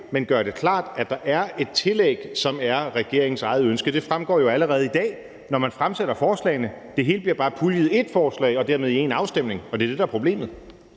men gøre det klart, at der er et tillæg, som er regeringens eget ønske. Det fremgår jo allerede i dag, når man fremsætter forslagene; det hele bliver bare puljet i ét forslag og dermed i én afstemning, og det er det, der er problemet.